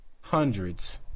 Hundreds